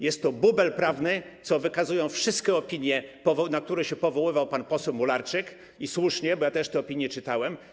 Jest to bubel prawny, co wykazują wszystkie opinie, na które się powoływał pan poseł Mularczyk, i słusznie, bo ja też te opinie czytałem.